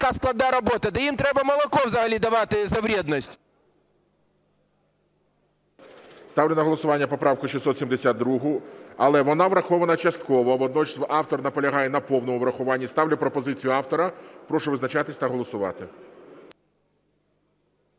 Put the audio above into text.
яка складна робота, так їм треба молоко взагалі давати за вредность. ГОЛОВУЮЧИЙ. Ставлю на голосування поправку 672, але вона врахована частково. Водночас автор наполягає на повному врахуванні. Ставлю пропозицію автора. Прошу визначатися та голосувати.